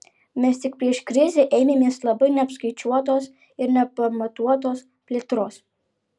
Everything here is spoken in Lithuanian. mes tik prieš krizę ėmėmės labai neapskaičiuotos ir nepamatuotos plėtros